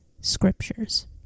scriptures